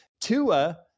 Tua